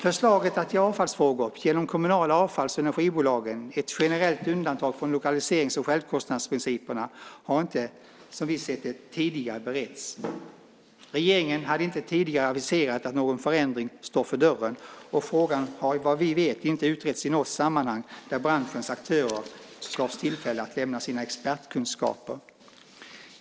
Förslaget att i avfallsfrågor ge de kommunala avfalls och energibolagen ett generellt undantag från lokaliserings och självkostnadsprincipen har inte tidigare beretts, vad vi har sett. Regeringen har inte tidigare aviserat att någon förändring står för dörren och frågan har, vad vi vet, inte utretts i något sammanhang där branschens aktörer getts tillfälle att lämna sina expertkunskaper.